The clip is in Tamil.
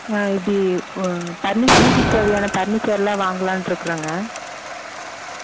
இப்படி வீட்டுக்குத் தேவையான பர்னீச்சர்லாம் வாங்கலாம்ன்ட்டு இருக்கிறங்க